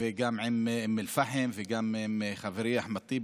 גם באום אל-פחם וגם עם חברי אחמד טיבי,